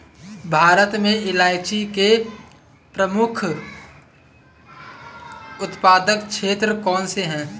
भारत में इलायची के प्रमुख उत्पादक क्षेत्र कौन से हैं?